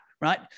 right